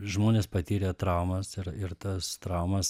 žmonės patyrę traumas ir ir tas traumas